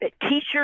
teachers